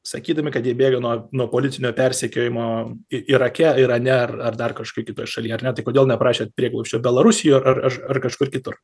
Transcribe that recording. sakydami kad jie bėga nuo nuo politinio persekiojimo irake irane ar ar dar kažkokioj kitoj šaly ar ne tai kodėl neprašėt prieglobsčio belarusijoj ar ar ar kažkur kitur